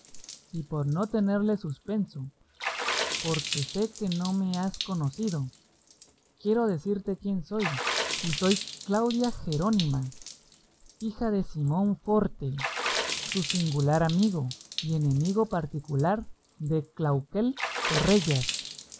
y por no tenerte suspenso porque sé que no me has conocido quiero decirte quién soy y soy claudia jerónima hija de simón forte tu singular amigo y enemigo particular de clauquel torrellas